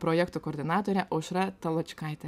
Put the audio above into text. projektų koordinatorė aušra taločkaitė